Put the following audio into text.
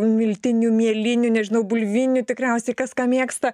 miltinių mielinių nežinau bulvinių tikriausiai kas ką mėgsta